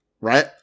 right